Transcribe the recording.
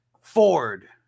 Ford